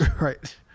Right